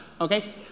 okay